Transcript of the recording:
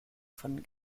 von